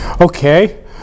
okay